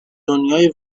دنیای